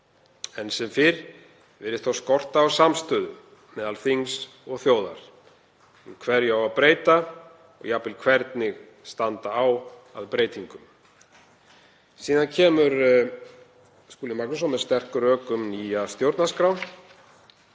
Enn sem fyrr virðist þó skorta á samstöðu meðal þings og þjóðar um hverju á að breyta og jafnvel hvernig standa á að breytingum.“ Síðan kemur Skúli Magnússon með sterk rök um nýja stjórnarskrá